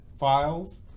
files